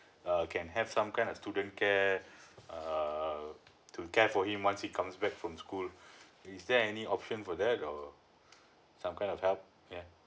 uh can have some kind of student care err to care for him once he comes back from school is there any option for that or some kind of help yeah